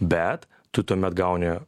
bet tu tuomet gauni